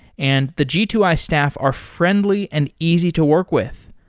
and the g two i staff are friendly and easy to work with.